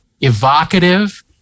evocative